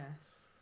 Yes